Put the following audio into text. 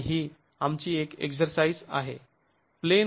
आणि ही आमची एक एक्सरसाइज आहे